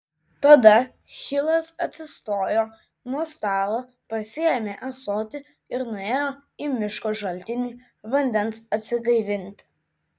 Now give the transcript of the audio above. tada hilas atsistojo nuo stalo pasiėmė ąsotį ir nuėjo į miško šaltinį vandens atsigaivinti